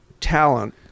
talent